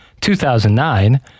2009